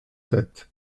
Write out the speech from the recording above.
tête